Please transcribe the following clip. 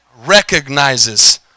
recognizes